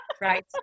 Right